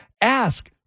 ask